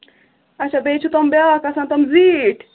اَچھا بیٚیہِ چھُ تِم بیٛاکھ آسان تِم زیٖٹھۍ